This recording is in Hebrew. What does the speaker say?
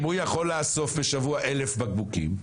אם הוא יכול לאסוף בשבוע 1,000 בקבוקים,